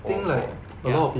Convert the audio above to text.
for for ya